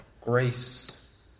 Grace